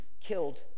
killed